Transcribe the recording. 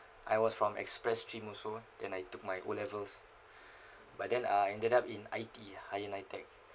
I was from express stream also ah then I took my O levels but then I ended up in I_T_E ah higher Nitec